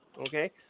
okay